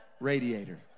radiator